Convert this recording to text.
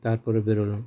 তার পরে বেরোলাম